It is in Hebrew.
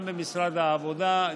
גם במשרד העבודה,